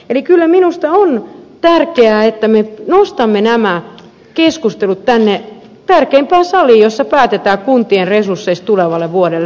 eli kyllä minusta on tärkeää että me nostamme nämä keskustelut tänne tärkeimpään saliin jossa päätetään kuntien resursseista tulevalle vuodelle